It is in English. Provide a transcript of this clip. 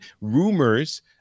rumors